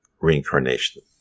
Reincarnation